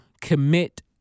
commit